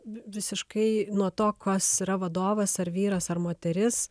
visiškai nuo to kas yra vadovas ar vyras ar moteris